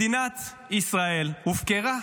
מדינת ישראל הופקרה.